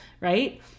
right